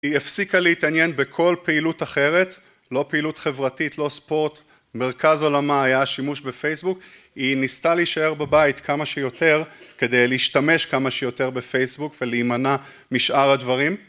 היא הפסיקה להתעניין בכל פעילות אחרת, לא פעילות חברתית, לא ספורט, מרכז עולמה היה השימוש בפייסבוק, היא ניסתה להישאר בבית כמה שיותר, כדי להשתמש כמה שיותר בפייסבוק ולהימנע משאר הדברים.